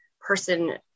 person